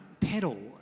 pedal